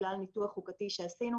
בגלל ניתוח חוקתי שעשינו